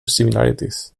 similarities